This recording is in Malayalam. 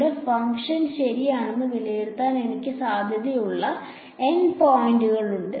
ഞങ്ങളുടെ ഫംഗ്ഷൻ ശരിയാണെന്ന് വിലയിരുത്താൻ എനിക്ക് സാധ്യതയുള്ള N പോയിന്റുകൾ ഉണ്ട്